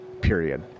Period